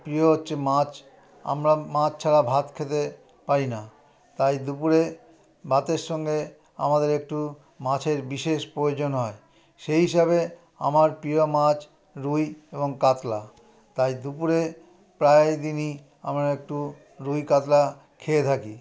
প্রিয় হচ্ছে মাছ আমরা মাছ ছাড়া ভাত খেতে পারি না তাই দুপুরে ভাতের সঙ্গে আমাদের একটু মাছের বিশেষ প্রয়োজন হয় সেই হিসাবে আমার প্রিয় মাছ রুই এবং কাতলা তাই দুপুরে প্রায়দিনই আমরা একটু রুই কাতলা খেয়ে থাকি